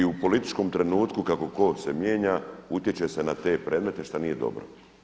I u političkom trenutku kako tko se mijenja, utječe se na te predmete šta nije dobro.